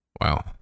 wow